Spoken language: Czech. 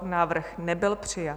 Návrh nebyl přijat.